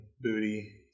booty